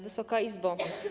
Wysoka Izbo!